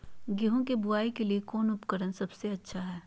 गेहूं के बुआई के लिए कौन उपकरण सबसे अच्छा है?